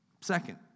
Second